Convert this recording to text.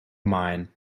mine